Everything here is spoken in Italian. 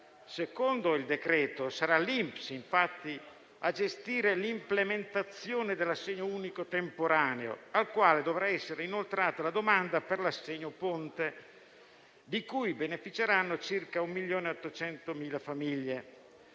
Secondo il decreto-legge sarà l'INPS, infatti, a gestire l'implementazione dell'assegno unico temporaneo, al quale dovrà essere inoltrata la domanda per l'assegno ponte, di cui beneficeranno circa 1,8 milioni di famiglie.